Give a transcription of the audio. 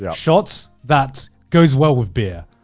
yeah shots that goes well with beer.